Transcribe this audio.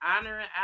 honoring